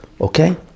Okay